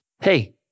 Hey